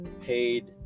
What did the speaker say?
paid